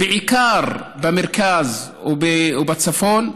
בעיקר במרכז ובצפון,